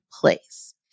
place